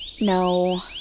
No